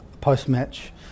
post-match